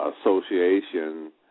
association